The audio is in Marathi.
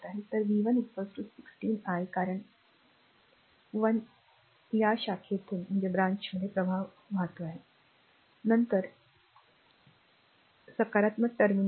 तर v 1 16 i कारण 1 या शाखेतून प्रवाह वाहतो नंतर एक प्रवेश सकारात्मक टर्मिनल आहे